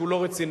שהוא לא רציני.